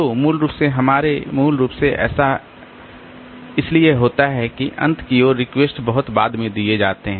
तो मूल रूप से इसलिए मूल रूप से ऐसा होता है कि अंत की ओर रिक्वेस्ट बहुत बाद में दिए जाते हैं